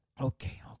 Okay